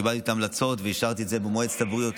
קיבלתי את ההמלצות ואישרתי את זה במועצת הבריאות